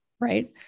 right